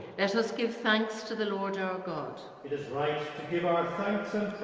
let us give thanks to the lord our god it is right to give our thanks and